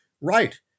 right